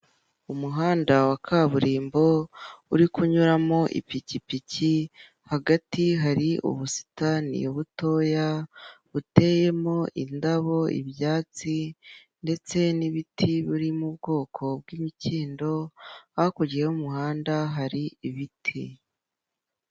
Umuhanda wa kaburimbo uri kunyuramo ipikipiki hagati hari ubusitani butoya buteyemo indabo, ibyatsi ndetse n'ibiti biri mu bwoko bw'imikindo hakurya y'umuhanda hari ibiti.